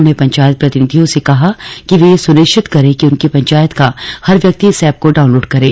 उन्होंने पंचायत प्रतिनिधियों से कहा कि वे यह सुनिश्चित करें कि उनकी पंचायत का हर व्यक्ति इस ऐप को डाउनलोड करे